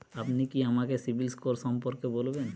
আপনি কি আমাকে সিবিল স্কোর সম্পর্কে বলবেন?